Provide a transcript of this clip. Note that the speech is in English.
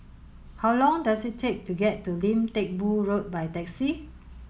how long does it take to get to Lim Teck Boo Road by taxi